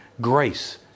grace